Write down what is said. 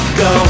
go